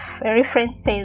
references